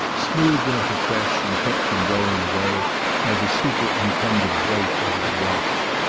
smoothed out afresh and kept from blowing away by the superincumbent weight of his watch.